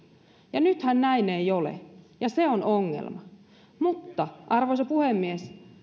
ja nythän näin ei ole niin se on ongelma arvoisa puhemies